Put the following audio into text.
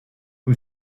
who